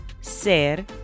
ser